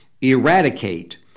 eradicate